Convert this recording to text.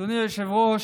אדוני היושב-ראש,